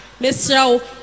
Mr